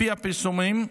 לפי הפרסומים,